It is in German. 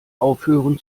aufhören